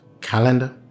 Calendar